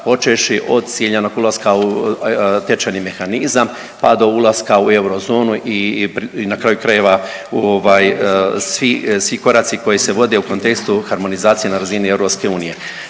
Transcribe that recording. počevši od ciljanog ulaska u tečajni mehanizam pa do ulaska u eurozonu i na kraju krajeva ovaj svi, svi koraci koji se vode u kontekstu harmonizacije na razini EU.